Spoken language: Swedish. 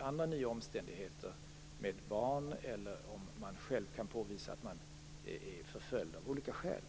andra nya omständigheter med barn eller om man själv kan visa att man är förföljd av olika skäl.